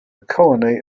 colony